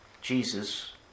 Jesus